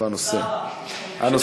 לוועדת העלייה, הקליטה והתפוצות נתקבלה.